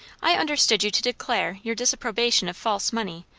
i understood you to declare your disapprobation of false money,